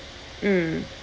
mm